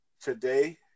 today